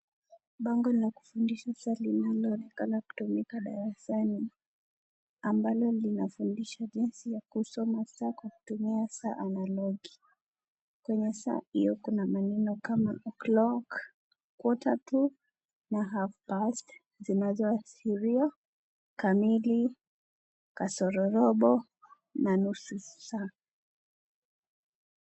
Bango la kufundisha saa linaloonekana kutumika darasani, ambalo linafundisha jinsi ya kusoma saa kwa kutumia saa analogi, kwenye saa hiyo kuna maneno kama clock quarter to na half past zinazo ashiria kamili kasorobo na nusu saa.